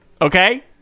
Okay